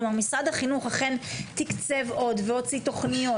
כלומר, משרד החינוך אכן תקצב עוד והוציא תוכניות.